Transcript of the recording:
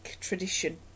tradition